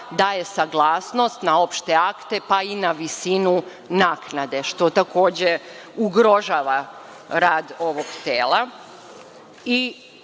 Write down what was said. daje saglasnost na opšte akte, pa i na visinu naknade, što takođe ugrožava rad ovog tela. Pošto